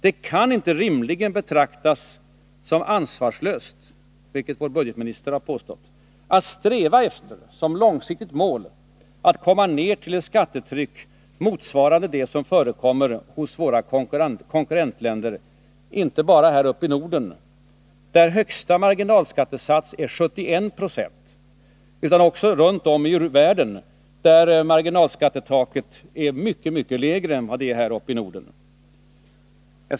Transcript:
Det kan inte rimligen betraktas som ”ansvarslöst”, vilket vår budgetminister har påstått, att som ett långsiktigt mål sträva efter att komma ner till ett skattetryck motsvarande det som förekommer hos våra konkurrentländer inte bara här uppe i Norden, där den högsta marginalskattesatsen är 71 96, utan också runt om ute i världen, där marginalskattetaket är mycket lägre än det är här uppe i Norden.